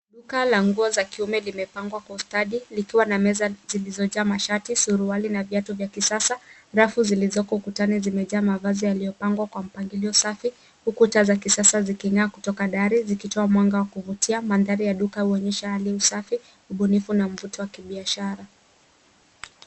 Duka la nguo za kiume limepangwa kwa ustadi likiwa na meza zilizojaa mashati , suruali na viatu vya kisasa. Rafu zilizoko ukutani zimejaa mavazi yaliyopangwa kwa mpangilio safi huku taa za kisasa ziking'aa kutoka dari zikitoa mwanga wa kuvutia. Mandhari ya duka huonyesha hali ya usafi, ubunifu na mvuto wa kibiashara.